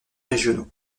régionaux